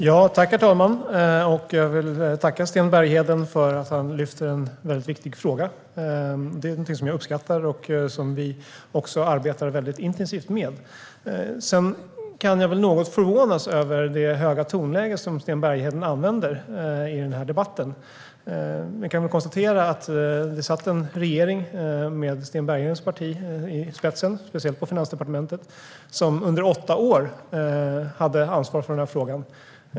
Herr talman! Jag vill tacka Sten Bergheden för att han lyfter en viktig fråga. Den gäller någonting som jag uppskattar och som vi arbetar intensivt med. Sedan kan jag något förvånas över det höga tonläge som Sten Bergheden använder i debatten. Vi kan konstatera att vi har haft en regering med Sten Berghedens parti i spetsen, speciellt på Finansdepartementet, som under åtta år hade ansvar för frågan.